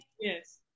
Yes